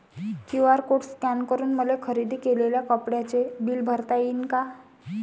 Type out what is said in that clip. QR code scan करून मले खरेदी केलेल्या कापडाचे बिल भरता यीन का?